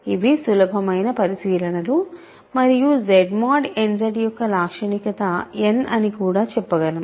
ఇవి సులభమైన పరిశీలనలు మరియు Z మోడ్ n Z యొక్క లాక్షణికత n అని కూడా చెప్పగలం